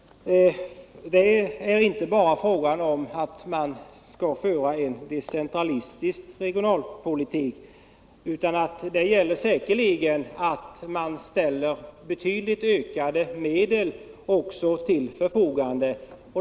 Det är inte bara fråga om att föra en decentralistisk regionalpolitik, utan det gäller säkerligen också att ställa betydligt ökade medel till förfogande.